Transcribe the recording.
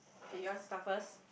K you start first